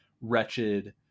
wretched